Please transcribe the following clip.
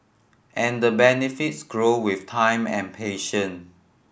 and the benefits grow with time and patience